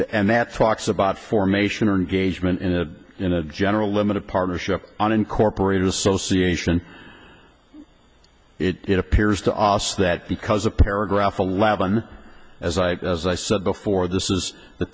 the end that talks about formation or engagement in a in a general limited partnership unincorporated association it appears to us that because a paragraph allowed on as i said before this is the